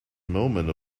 moment